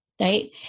right